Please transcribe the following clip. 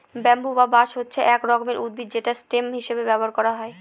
bamboo বা বাঁশ হচ্ছে এক রকমের উদ্ভিদ যেটা স্টেম হিসেবে ব্যবহার করা হয়